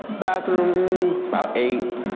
bathroom, about eight,